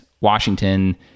Washington